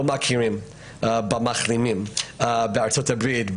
לא מכירים במחלימים בארצות-הברית,